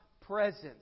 presence